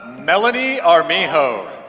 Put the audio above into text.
melanie armijo.